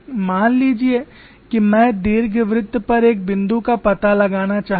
मान लीजिए कि मैं दीर्घवृत्त पर एक बिंदु का पता लगाना चाहता हूं